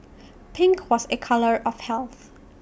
pink was A colour of health